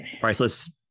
priceless